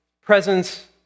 presence